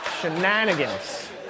shenanigans